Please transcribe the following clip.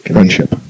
Friendship